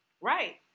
Right